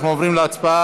אנחנו עוברים להצבעה.